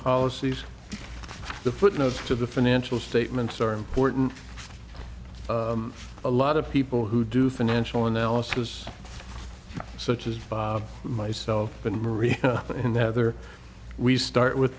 policies the footnotes to the financial statements are important a lot of people who do financial analysis such as myself and marie in that other we start with